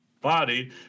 body